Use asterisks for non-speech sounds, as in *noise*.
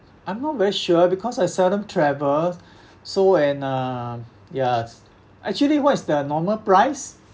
I'm not very sure because I seldom travel *breath* so and uh yes actually what is the normal price